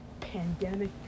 Pandemic